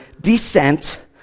descent